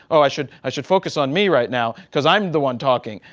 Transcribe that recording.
oh, i should i should focus on me right now, because i'm the one talking.